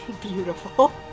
beautiful